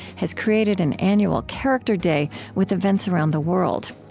has created an annual character day with events around the world.